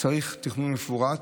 צריך תכנון מפורט.